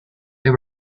they